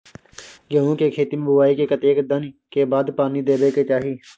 गेहूँ के खेती मे बुआई के कतेक दिन के बाद पानी देबै के चाही?